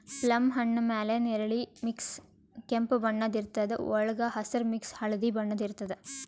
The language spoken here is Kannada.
ಪ್ಲಮ್ ಹಣ್ಣ್ ಮ್ಯಾಲ್ ನೆರಳಿ ಮಿಕ್ಸ್ ಕೆಂಪ್ ಬಣ್ಣದ್ ಇರ್ತದ್ ವಳ್ಗ್ ಹಸ್ರ್ ಮಿಕ್ಸ್ ಹಳ್ದಿ ಬಣ್ಣ ಇರ್ತದ್